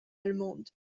allemande